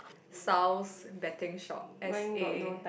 Sao's betting shop's a